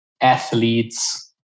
athletes